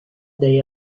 day